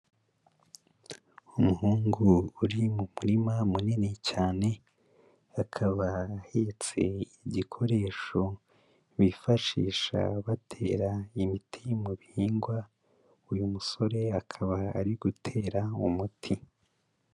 Umuhungu uri mu murima munini cyane, akaba ahetse igikoresho bifashisha batera imiti mu bihingwa, uyu musore akaba ari gutera umuti.